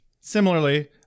Similarly